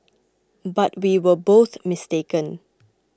but we were both mistaken